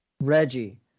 Reggie